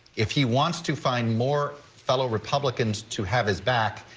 if he wants to find more fellow republicans to have his back,